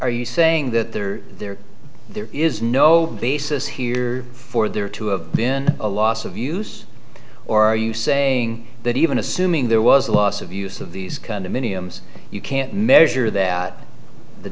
are you saying that there there there is no basis here for there to have been a loss of use or are you saying that even assuming there was a loss of use of these condominiums you can't measure that the